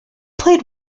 played